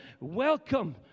welcome